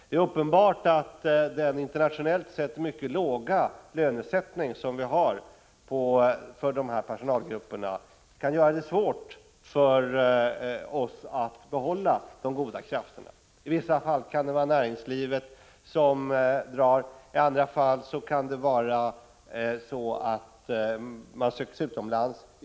Det är uppenbart att den internationellt sett mycket låga lönesättning vi har för dessa personalgrupper kan göra det svårt för oss att behålla de goda krafterna. I vissa fall kan det vara näringslivet som drar, i andra fall kanske man söker sig utomlands.